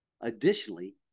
Additionally